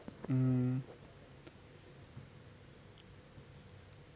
um